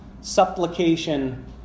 supplication